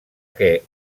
que